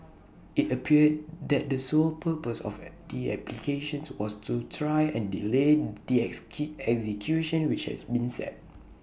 IT appeared that the sole purpose of the applications was to try and delay the execution which had been set